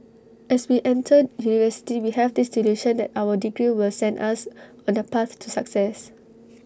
as we enter university we have this delusion that our degree will send us on A path to success